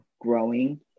growing